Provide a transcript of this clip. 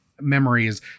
memories